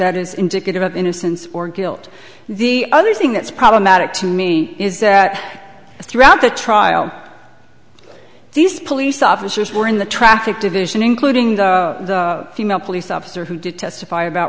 is indicative of innocence or guilt the other thing that's problematic to me is that throughout the trial these police officers were in the traffic division including the female police officer who did testify about